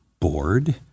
bored